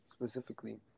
specifically